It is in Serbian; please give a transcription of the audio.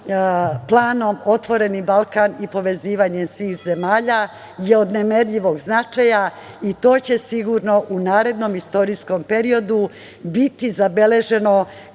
planom otvoreni Balkan i povezivanje svih zemalja je od nemerljivog značaja i to će sigurno u narednom istorijskom periodu biti zabeleženo